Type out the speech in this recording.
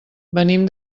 venim